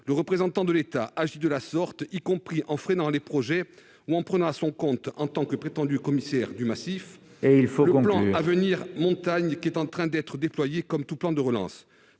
le représentant de l'État agit de la sorte, y compris en freinant les projets ou en prenant à son compte en tant que prétendu commissaire du massif le plan montagne, en cours de déploiement, comme tout plan de relance.